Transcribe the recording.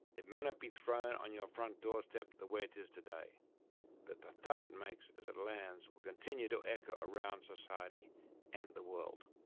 it may not be thrown on your front doorstep the way it is today. but the thud it makes as it lands will continue to echo around society and the world.